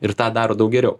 ir tą daro daug geriau